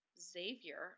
Xavier